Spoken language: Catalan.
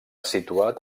situat